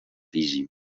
fiji